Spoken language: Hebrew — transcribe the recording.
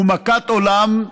הוא מכת עולם.